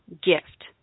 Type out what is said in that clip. gift